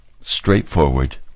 Straightforward